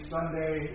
Sunday